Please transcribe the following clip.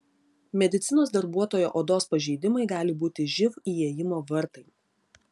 medicinos darbuotojo odos pažeidimai gali būti živ įėjimo vartai